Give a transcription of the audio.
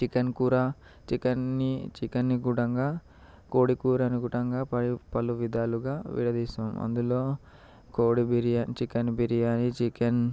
chicken కూర చికెన్ని చికెన్ని కూడంగా కోడి కూర అని కూడంగా ప పలు విధాలుగా విడదీస్తాం అందులో కోడి బిర్యానీ చికెన్ బిర్యానీ చికెన్